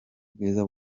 bwiza